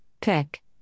Pick